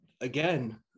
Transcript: again